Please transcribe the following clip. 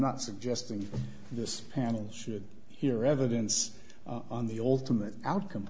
not suggesting this panel should hear evidence on the ultimate outcome